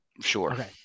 Sure